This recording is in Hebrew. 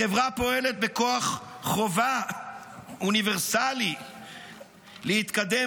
החברה פועלת בכוח חובה אוניברסלית להתקדם